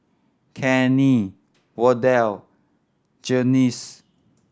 Kenny Wardell Glynis